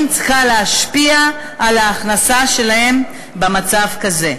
צריכה להשפיע על ההכנסה שלהם במצב כזה?